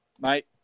mate